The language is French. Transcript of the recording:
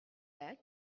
lac